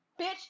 bitch